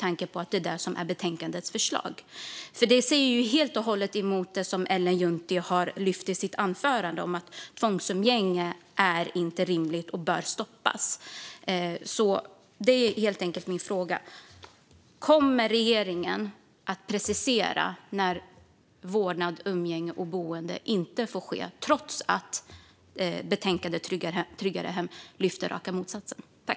Annars går det ju helt emot det Ellen Juntti lyfte upp i sitt anförande om att tvångsumgänge är orimligt och bör stoppas. Kommer regeringen att precisera när vårdnad, umgänge och boende inte får ske trots att betänkandet Tryggare hem för barn är emot det?